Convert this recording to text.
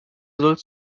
sollst